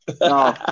No